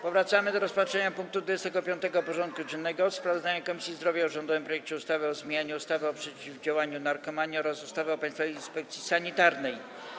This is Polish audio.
Powracamy do rozpatrzenia punktu 25. porządku dziennego: Sprawozdanie Komisji Zdrowia o rządowym projekcie ustawy o zmianie ustawy o przeciwdziałaniu narkomanii oraz ustawy o Państwowej Inspekcji Sanitarnej.